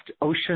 ocean